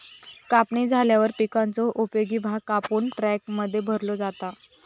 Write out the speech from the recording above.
कापणी झाल्यावर पिकाचो उपयोगी भाग कापून ट्रकमध्ये भरलो जाता